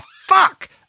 fuck